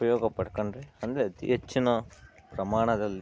ಉಪಯೋಗ ಪಡ್ಕೊಂಡ್ರೆ ಅಂದರೆ ಅತಿ ಹೆಚ್ಚಿನ ಪ್ರಮಾಣದಲ್ಲಿ